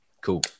Cool